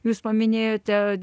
jūs paminėjote